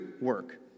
work